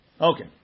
Okay